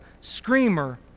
screamer